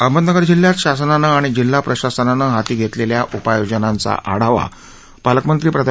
अहमदनगर जिल्ह्यात शासनानं आणि जिल्हा प्रशासनानं हाती घेतलेल्या उपाययोजनांचा आढावा पालकमंत्री प्रा